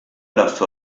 las